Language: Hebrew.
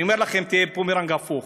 אני אומר לכם, תהיה בומרנג הפוך.